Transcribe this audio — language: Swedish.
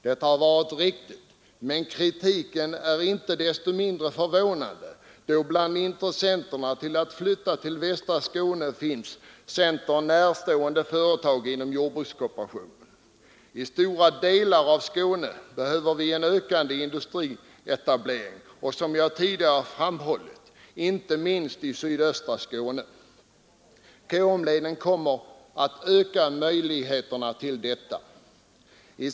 Detta har varit riktigt, men kritiken är inte desto mindre förvånande då bland intressenterna när det gäller att flytta till västra Skåne finns centern närstående företag inom jordbrukskooperationen. I stora delar av Skåne behöver vi en ökande industrietablering, inte minst i sydöstra Skåne, som jag tidigare framhållit. KM-leden kommer att öka möjligheterna för denna etablering.